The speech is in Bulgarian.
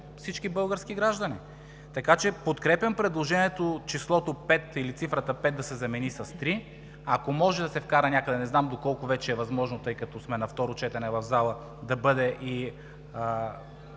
всички български граждани. Така че подкрепям предложението цифрата „5“ да се замени с „3“ – ако може да се вкара някъде, не знам доколко вече е възможно, тъй като сме на второ четене в залата. Да бъде „и